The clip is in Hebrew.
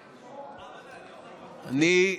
אני,